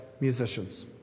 musicians